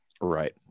right